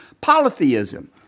polytheism